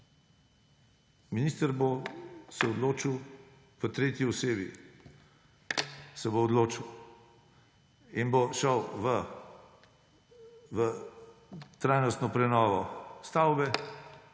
Minister se bo odločil po tretji osebi. Se bo odločil in bo šel v trajnostno prenovo stavbe